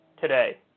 today